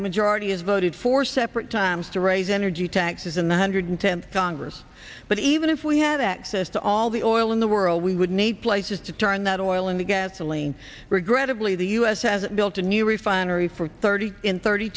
the majority has voted for separate times to raise energy taxes in the hundred tenth congress but even if we had access to all the oil in the world we would need places to turn that on oil into gasoline regrettably the us has built a new refinery for thirty in thirty